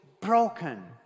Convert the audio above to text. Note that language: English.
broken